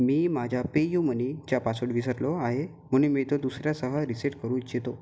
मी माझ्या पेयुमनीचा पासवर्ड विसरलो आहे म्हणून मी तो दुसर्यासह रीसेट करू इच्छितो